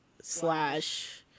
slash